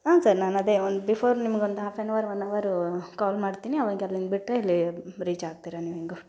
ಹಾಂ ಸರ್ ನಾನು ಅದೇ ಒನ್ ಬಿಫೋರ್ ನಿಮ್ಗೊಂದು half an hour one hour call ಮಾಡ್ತೀನಿ ಅವಾಗ ಅಲ್ಲಿನ ಬಿಟ್ಟರೆ ಇಲ್ಲಿ ರೀಚ್ ಆಗ್ತಿರ ನೀವು ಹೇಗೋ